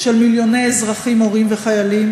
של מיליוני אזרחים, הורים וחיילים?